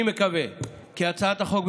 אני מקווה כי הצעת החוק,